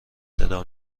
صدا